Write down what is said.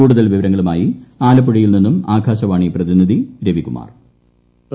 കൂടുതൽ വിവരങ്ങളുമായി ആലപ്പുഴയിൽ നിന്നും ആകാശവാണി പ്രതിനിധി രവികുമാർ വോയിസ്